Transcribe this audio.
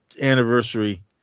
anniversary